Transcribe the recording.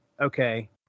okay